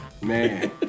man